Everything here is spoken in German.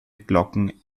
glocken